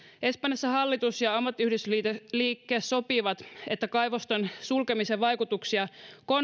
espanjassa hallitus ja ammattiyhdistysliike sopivat että kaivosten sulkemisen vaikutuksia